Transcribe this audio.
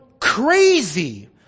crazy